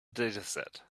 dataset